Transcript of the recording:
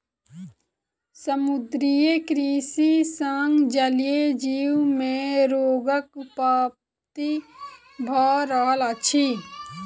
समुद्रीय कृषि सॅ जलीय जीव मे रोगक उत्पत्ति भ रहल अछि